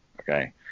okay